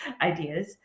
ideas